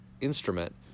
instrument